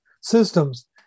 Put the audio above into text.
systems